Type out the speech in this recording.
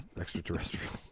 extraterrestrial